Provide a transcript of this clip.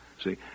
See